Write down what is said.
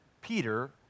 Peter